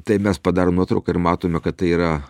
tai mes padarom nuotrauką ir matome kad tai yra